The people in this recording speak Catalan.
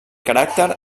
caràcter